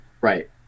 right